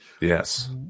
Yes